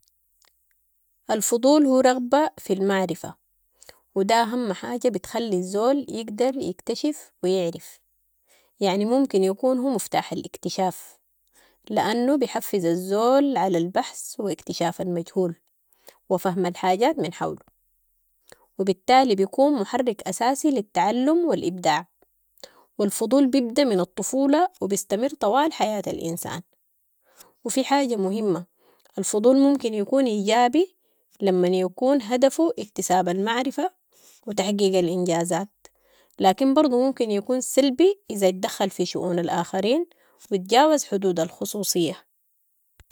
الفضول هو رغبة في المعرفة و ده اهم حاجة بتخلي الزول يقدر يكتشف و يعرف، يعني ممكن يكون هو مفتاح الاكتشاف، لانو بحفز الزول علي البحث و اكتشاف المجهول و فهم الحاجات من حولو و بالتالي بيكون محرك اساسي للتعلم و الابداع و الفضول ببدا من الطفولة و بيستمر طول حياة الانسان و في حاجة مهمة، الفضول ممكن يكون ايجابي، لمن يكون هدفو اكتساب المعرفة و تحقيق الانجازات، لكن برضو ممكن يكون سلبي، اذا اتدخل في شئون الاخرين و اتجاوز حدود الخصوصية.